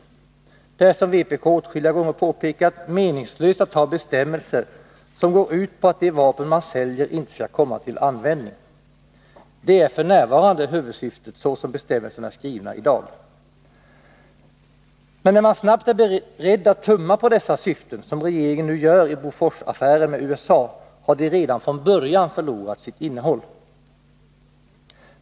Det är, som vpk åtskilliga gånger har påpekat, meningslöst att ha bestämmelser som går ut på att de vapen man säljer inte skall komma till användning. Detta är f. n. huvudsyftet, såsom bestämmelserna är skrivna i dag. När man snabbt är beredd att tumma på dessa syften, som regeringen nu gör i Boforsaffären med USA, har de redan från början förlorat sitt innehåll.